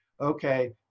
okay